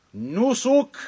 Nusuk